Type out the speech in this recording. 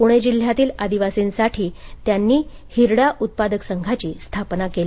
पूणे जिल्ह्यातील आदिवासींसाठी त्यांनी हिरडा उत्पादक संघाची स्थापना केली